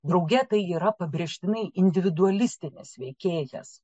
drauge tai yra pabrėžtinai individualistinis veikėjas